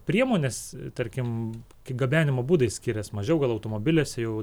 priemones tarkim kaip gabenimo būdai skiriasi mažiau gal automobiliuose jau